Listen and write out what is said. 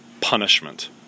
punishment